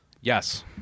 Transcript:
Yes